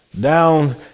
down